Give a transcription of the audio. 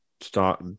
Start